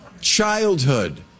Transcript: childhood